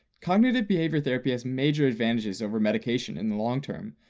cognitive behavior therapy has major advantages over medication in the long term,